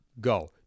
go